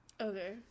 Okay